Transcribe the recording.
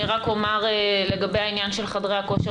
אני רק אומר לגבי העניין של חדרי הכושר.